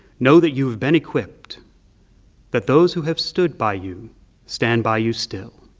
know that you have been equipped that those who have stood by you stand by you still.